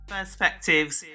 Perspectives